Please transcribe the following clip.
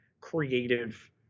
creative